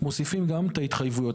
מוסיפים גם את ההתחייבויות,